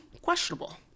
Questionable